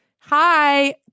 Hi